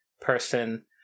person